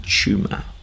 tumor